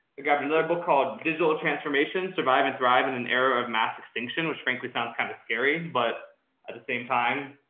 got another book called digital transformation survive and thrive in an era of mass extinction, which frankly sounds kind of scary, but at the same time,